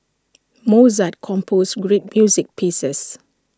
Mozart composed great music pieces